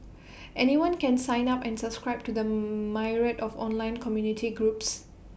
anyone can sign up and subscribe to the myriad of online community groups